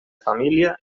família